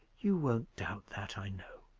you won't doubt that, i know.